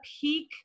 peak